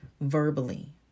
verbally